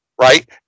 right